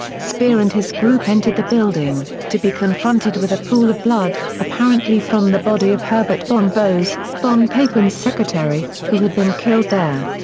speer and his group entered the building, to be confronted with a pool of blood, apparently from the body of herbert von bose, von papen's secretary, who had been killed there.